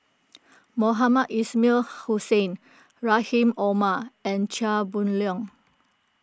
Mohamed Ismail Hussain Rahim Omar and Chia Boon Leong